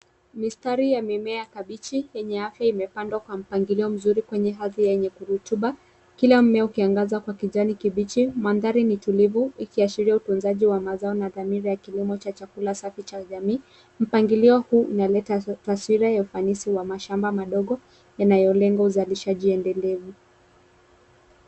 Mistari ya mimea kabichi yenye afya imepandwa kwa mpangilio mzuri kwenye ardhi yenye rutuba kila mmea ukiangaza kwa kijani kibichi. Mandhari ni tulivu ikiashiria utunzaji wa mazao na dhamira ya kilimo cha chakula cha safi cha jamii. Mpangilio huu unaleta taswira ya ufanisi wa mashamba madogo yanayolenga uzalishaji endelevu.